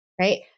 right